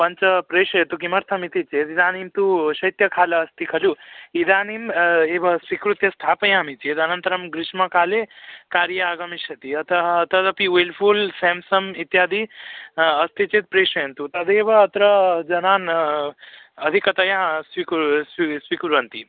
पञ्च प्रेषयतु किमर्थम् इति चेत् इदानीन्तु शैत्यकालः अस्ति खलु इदानीं एव स्वीकृत्य स्थापयामि चेद् अनन्तरं ग्रीष्मकाले कार्ये आगमिष्यति अतः तदपि विल्फ़ुल् स्याम्सम् इत्यादि अस्ति चेत् प्रेषयन्तु तदेव अत्र जनाः अधिकतया स्विकुर् स्वी स्वीकुर्वन्ति